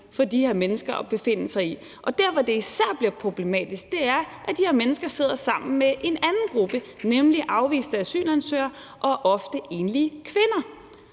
for de her mennesker at befinde sig i. Der, hvor det især bliver problematisk, er, at de her mennesker sidder sammen med en anden gruppe, nemlig afviste asylansøgere og ofte enlige kvinder.